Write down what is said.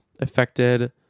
affected